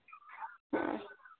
हाँ